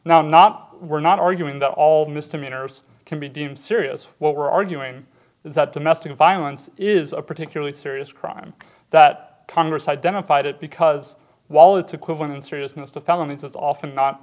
i'm not we're not arguing that all misdemeanors can be deemed serious what we're arguing is that domestic violence is a particularly serious crime that congress identified it because while it's equivalent in seriousness to felonies is often not